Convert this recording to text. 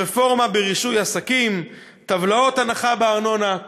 רפורמה ברישוי עסקים, טבלאות הנחה בארנונה.